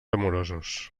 amorosos